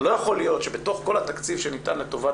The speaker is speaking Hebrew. לא יכול להיות שבתוך כל התקציב שניתן לטובת